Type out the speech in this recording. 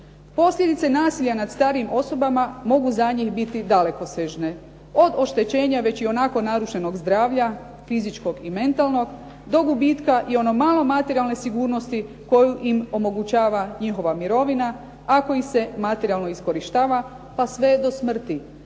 Posljedice nasilja nad starijim osobama mogu za njih biti dalekosežne od oštećenja već ionako narušenog zdravlja fizičkog i mentalnog do gubitka i ono malo materijalne sigurnosti koju im omogućava njihova mirovina ako ih se materijalno iskorištava pa sve do smrti